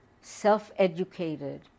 self-educated